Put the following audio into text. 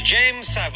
James